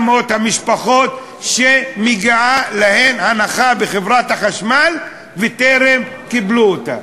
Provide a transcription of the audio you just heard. המשפחות שמגיעה להן הנחה בחברת החשמל והן טרם קיבלו אותה.